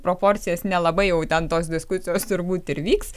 proporcijas nelabai jau ten tos diskusijos turbūt ir vyks